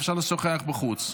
אפשר לשוחח בחוץ.